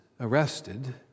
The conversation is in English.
arrested